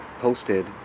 posted